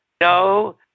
No